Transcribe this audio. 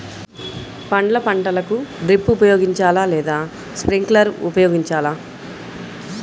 పండ్ల పంటలకు డ్రిప్ ఉపయోగించాలా లేదా స్ప్రింక్లర్ ఉపయోగించాలా?